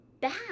back